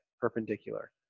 perpendicular